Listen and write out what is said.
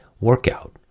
workout